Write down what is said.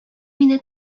мине